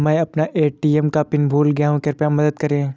मै अपना ए.टी.एम का पिन भूल गया कृपया मदद करें